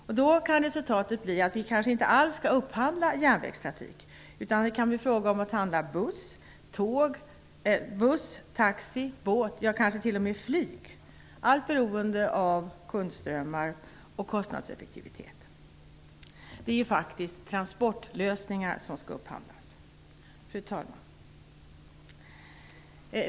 Resultatet kan då bli att vi kanske inte alls skall upphandla järnvägstrafik, utan det kan bli fråga om att handla buss, taxi, båt, ja kanske t.o.m. flyg, allt beroende på kundströmmar och kostnadseffektivitet. Det är faktiskt transportlösningar som skall upphandlas. Fru talman!